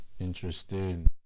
Interesting